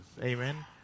Amen